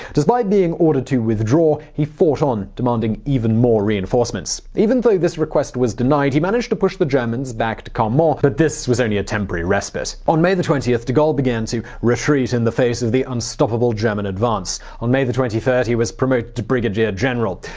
despite being ordered to withdraw he fought on, demanding even more reinforcements. even though this request was denied he managed to push the germans back to caumont. but this was only a temporary respite. on may twentieth, de gaulle began to retreat in the face of the unstoppable german advance. on may twenty third he was promoted to brigadier-general.